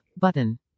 button